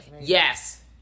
Yes